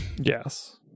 Yes